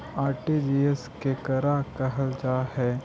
RTGS केकरा कहल जा है?